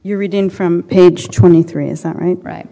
you're reading from page twenty three is that right right